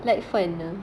like fun ah